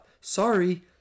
Sorry